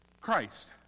Christ